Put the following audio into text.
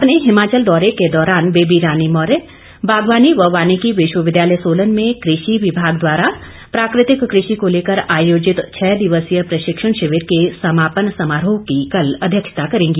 अपने हिमाचल दौरे के दौरान बेबी रानी मौर्य बागवानी व वानीकी विश्वविद्यालय सोलन में कृषि विभाग द्वारा प्राकृतिक कृषि को लेकर आयोजित छः दिवसीय प्रशिक्षण शिविर के समापन समारोह की कल अध्यक्षता करेंगी